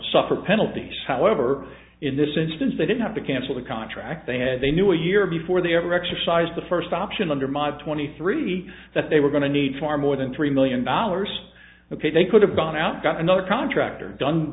suffer penalties however in this instance they didn't have to cancel the contract they had they knew a year before they ever exercised the first option under my twenty three that they were going to need for more than three million dollars ok they could have gone out got another contractor done